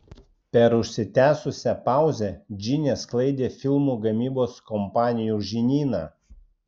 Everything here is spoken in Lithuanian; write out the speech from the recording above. per užsitęsusią pauzę džinė sklaidė filmų gamybos kompanijų žinyną